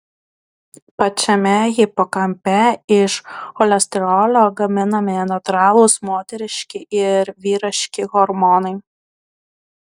pačiame hipokampe iš cholesterolio gaminami natūralūs moteriški ir vyriški hormonai